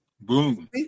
Boom